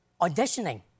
auditioning